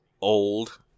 old